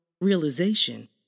realization